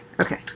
Okay